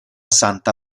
santa